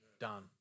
done